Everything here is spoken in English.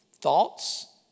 thoughts